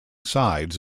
sides